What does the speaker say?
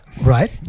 right